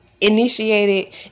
Initiated